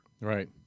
Right